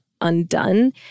undone